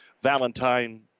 Valentine